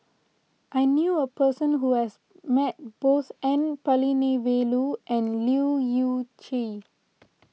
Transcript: I knew a person who has met both N Palanivelu and Leu Yew Chye